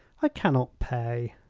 i cannot pay.